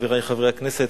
חברי חברי הכנסת,